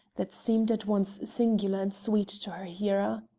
that seemed at once singular and sweet to her hearer.